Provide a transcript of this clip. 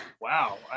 wow